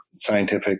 scientific